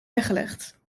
weggelegd